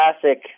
classic